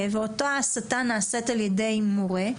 ואותה ההסתה מתבצעת על ידי מורה,